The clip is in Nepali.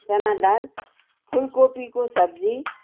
चाना दाल फुलकोपीको सब्जी